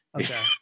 Okay